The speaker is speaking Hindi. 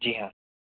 जी हाँ